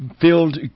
filled